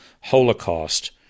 holocaust